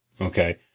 okay